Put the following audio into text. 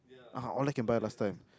ah all that can buy last time